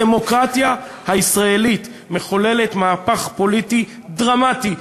הדמוקרטיה הישראלית מחוללת מהפך פוליטי דרמטי,